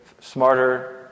smarter